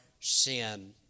sin